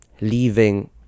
leaving